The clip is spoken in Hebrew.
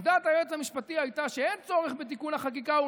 עמדת היועץ המשפטי הייתה שאין צורך בתיקון החקיקה.